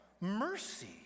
mercy